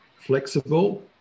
flexible